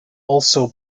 also